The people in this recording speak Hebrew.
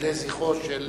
לזכרו של